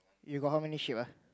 you got how many ship ah